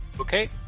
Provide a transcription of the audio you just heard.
okay